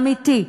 אמיתי,